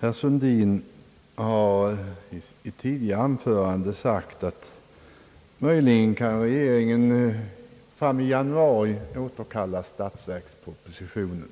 Herr Sundin har i sitt tidigare anförande sagt att regeringen möjligen i januari månad kan återkalla statsverkspropositionen.